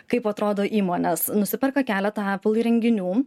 kaip atrodo įmonės nusiperka keletą apple įrenginių